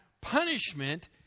punishment